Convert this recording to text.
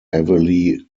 heavily